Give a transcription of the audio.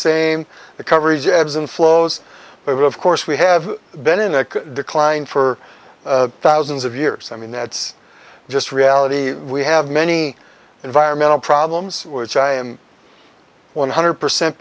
the coverage ebbs and flows but of course we have been in a decline for thousands of years i mean that's just reality we have many environmental problems which i am one hundred percent